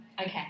Okay